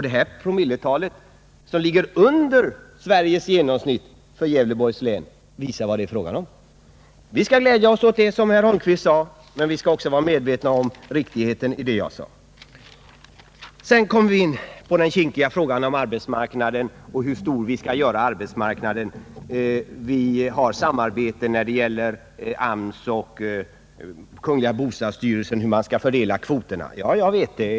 Det promilletal jag nämnde för Gävleborgs län ligger under genomsnittet för Sverige. Det visar vad det här är fråga om. Vi skall alltså glädja oss åt vad herr Holmqvist här sade, men man bör också vara medveten om riktigheten i vad jag anförde. Sedan kommer jag till den kinkiga frågan om arbetsmarknaden och hur stor vi skall göra den. Inrikesministern påpekade att det förekommer samarbete mellan AMS och kungl. bostadsstyrelsen om hur man skall fördela kvoterna. Ja, jag vet det.